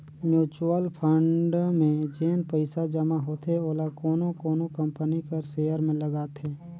mutual fund में जेन पइसा जमा होथे ओला कोनो कोनो कंपनी कर सेयर में लगाथे